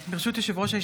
ברשות יושב-ראש הישיבה,